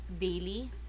daily